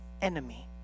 enemy